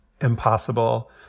impossible